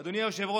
אדוני היושב-ראש,